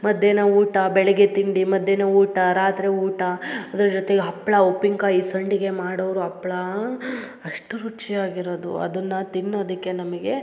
ಮಧ್ಯಾಹ್ನ ಊಟ ಬೆಳಗ್ಗೆ ತಿಂಡಿ ಮಧ್ಯಾಹ್ನ ಊಟ ರಾತ್ರಿ ಊಟ ಅದ್ರ ಜೊತೆಗೆ ಹಪ್ಳ ಉಪ್ಪಿನ್ಕಾಯಿ ಸಂಡಿಗೆ ಮಾಡೋರು ಹಪ್ಳಾ ಅಷ್ಟು ರುಚಿಯಾಗಿ ಇರದು ಅದನ್ನ ತಿನ್ನೋದಕ್ಕೆ ನಮಗೆ